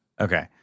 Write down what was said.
Okay